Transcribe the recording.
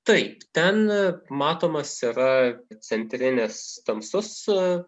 taip ten matomas yra centrinis tamsus